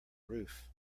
roof